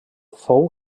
fou